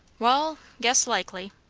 wall guess likely.